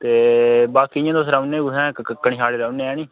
ते बाकी इ'यां तुस रौह्न्नें कुत्थै क कनशाड़ी रौह्न्नें ऐ निं